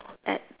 at